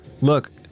look